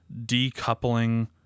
decoupling